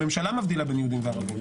הממשלה מבדילה בין יהודים לערבים.